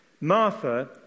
Martha